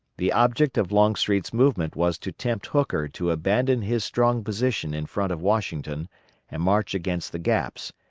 the object of longstreet's movement was to tempt hooker to abandon his strong position in front of washington and march against the gaps,